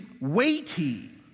weighty